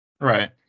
Right